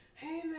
Hey